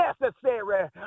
necessary